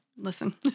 listen